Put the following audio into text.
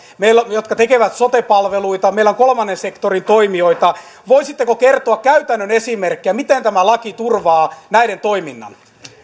upeita pk yrityksiä jotka tekevät sote palveluita meillä on kolmannen sektorin toimijoita voisitteko kertoa käytännön esimerkkejä miten tämä laki turvaa näiden toiminnan